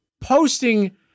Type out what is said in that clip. posting